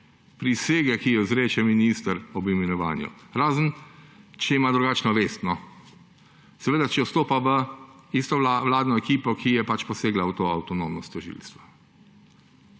prisege, ki jo izreče minister ob imenovanju, razen če ima drugačno vest. Se pravi, če vstopa v isto vladno ekipo, ki je pač posegla v to avtonomnost tožilstva.